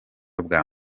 bwa